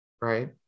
right